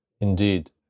Indeed